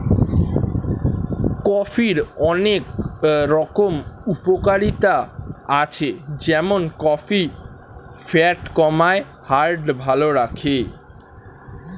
কফির অনেক রকম উপকারিতা আছে যেমন কফি ফ্যাট কমায়, হার্ট ভালো রাখে